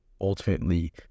ultimately